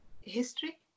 History